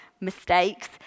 mistakes